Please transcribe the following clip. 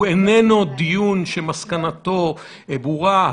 הוא איננו דיון שמסקנתו ברורה.